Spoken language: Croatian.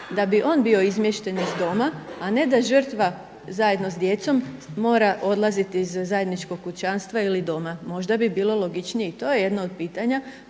da bi on bio izmješten iz doma, a ne da žrtva zajedno sa djecom mora odlaziti iz zajedničkog kućanstva ili doma. Možda bi bilo logičnije i to je jedno od pitanja